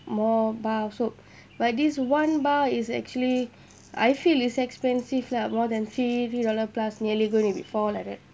more bar soap but this one bar is actually I feel is expensive lah more than three three dollar plus nearly going to be four like that